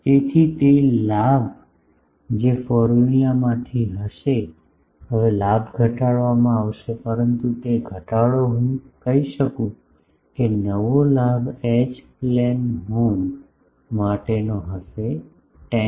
તેથી તે લાભ જે ફોર્મ્યુલામાંથી હશે હવે લાભ ઘટાડવામાં આવશે પરંતુ તે ઘટાડો હું કહી શકું છું કે નવો લાભ એચ પ્લેન હોર્ન માટેનો હશે 10